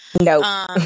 Nope